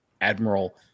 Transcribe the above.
admiral